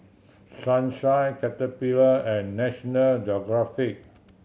Sunshine Caterpillar and National Geographic